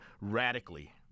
radically